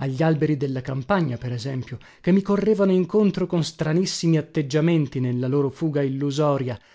a gli alberi della campagna per esempio che mi correvano incontro con stranissimi atteggiamenti nella loro fuga illusoria